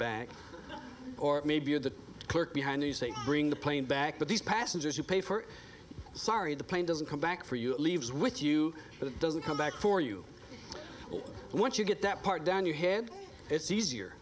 back or maybe the clerk behind you say bring the plane back but these passengers you pay for sorry the plane doesn't come back for you it leaves with you but it doesn't come back for you once you get that part down your head it's easier